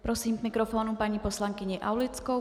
Prosím k mikrofonu paní poslankyni Aulickou.